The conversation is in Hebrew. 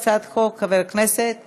החוק הראשון, הצעת חוק חופשה שנתית (תיקון מס' 17)